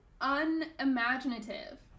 unimaginative